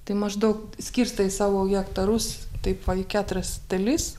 tai maždaug skirstai savo hektarus taip va į keturias dalis